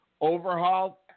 overhaul